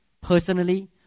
personally